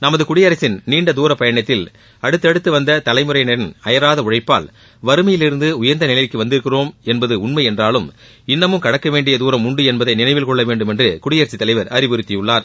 நமது குடியரசின் நீண்ட தூர பயணத்தில் அடுத்தடுத்து வந்த தலைமுறையினரின் அயராது உழைப்பால் வறுமையிலிருந்து உயர்ந்த நிலைக்கு வந்திருக்கிறோம் என்பதை உண்மை என்றாலும் இன்னமும் கடக்க வேண்டிய தூரம் உண்டு என்பதை நினைவில் கொள்ள வேண்டும் என்று குடியரசு தலைவர் அறிவுறுத்தியுள்ளார்